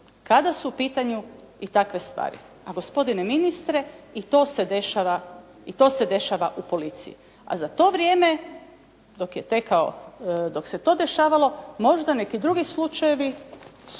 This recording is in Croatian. kada su u pitanju i takve stvari, a gospodine ministre i to se dešava u policiji. A za to vrijeme dok je tekao, dok se to dešavalo možda neki drugi slučajevi su,